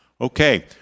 Okay